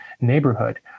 neighborhood